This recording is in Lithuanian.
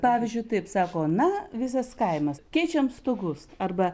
pavyzdžiui taip sako na visas kaimas keičiam stogus arba